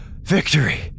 Victory